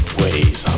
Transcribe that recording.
ways